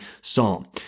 psalm